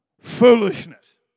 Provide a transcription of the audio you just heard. foolishness